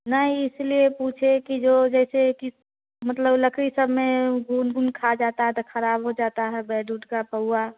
नहीं इसलिए पूछे कि जो जैसे किस मतलब लकड़ी सब में घुन गुन खा जाता है तो खराब हो जाता है बेड उड का पऊवा